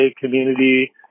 community